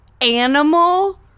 animal